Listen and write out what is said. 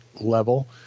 level